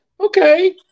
okay